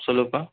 சொல்லுப்பா